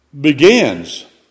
begins